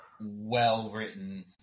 well-written